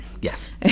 yes